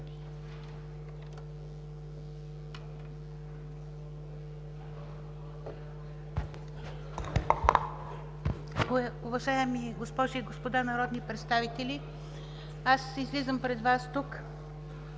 Аз излизам пред Вас тук,